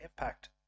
impact